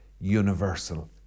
Universal